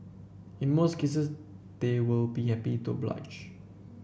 in most cases they will be happy to oblige